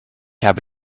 habe